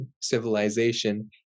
civilization